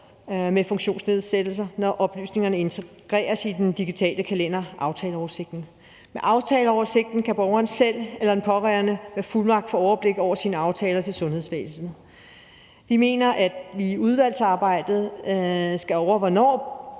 med funktionsnedsættelser, når oplysningerne integreres i den digitale kalender i aftaleoversigten. Med aftaleoversigten kan borgeren selv eller en pårørende med fuldmagt få overblik over borgerens aftaler med sundhedsvæsenet. Vi mener, at vi i udvalgsarbejdet skal drøfte, hvornår